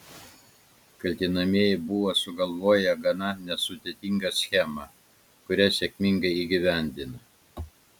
kaltinamieji buvo sugalvoję gana nesudėtingą schemą kurią sėkmingai įgyvendino